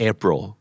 April